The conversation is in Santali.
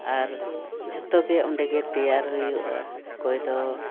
ᱟᱨ ᱡᱚᱛᱚ ᱜᱮ ᱚᱸᱰᱮ ᱜᱮ ᱛᱮᱭᱟᱨ ᱦᱩᱭᱩᱜᱼᱟ ᱚᱠᱚᱭ ᱫᱚ